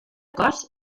cos